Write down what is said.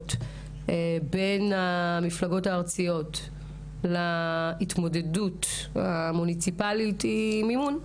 הבחירות בין המפלגות הארציות להתמודדות המוניציפלית היא מימון.